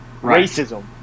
racism